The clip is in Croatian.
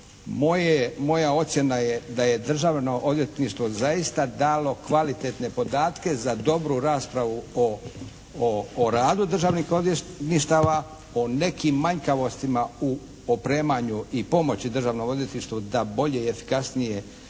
moja ocjena je da je Državno odvjetništvo zaista dalo kvalitetne podatke za dobru raspravu o radu državnih odvjetništava, o nekim manjkavostima u opremanju i pomoći Državnom odvjetništvu da bolje i efikasnije